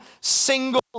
single